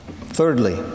Thirdly